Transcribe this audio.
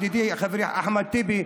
ידידי וחברי אחמד טיבי,